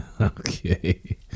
Okay